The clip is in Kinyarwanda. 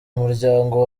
umuryango